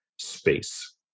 space